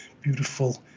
beautiful